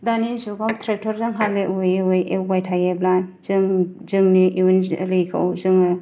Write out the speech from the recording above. दानि जुगाव ट्रेक्टरजों हाल एवै एवै एवबाय थायोब्ला जोंनि इयुन जोलैखौ जोङो